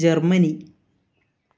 Germany